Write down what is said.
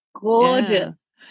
gorgeous